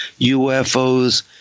UFOs